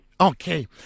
Okay